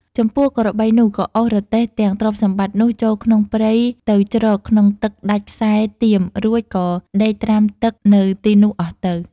ចំពោះក្របីនោះក៏អូសរទេះទាំងទ្រព្យសម្បត្តិនោះចូលក្នុងព្រៃទៅជ្រកក្នុងទឹកដាច់ខ្សែទាមរួចក៏ដេកត្រាំទឹកនៅទីនោះអស់ទៅ។